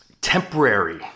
Temporary